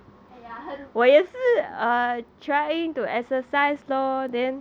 !aiya! 很